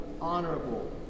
honorable